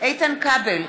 איתן כבל,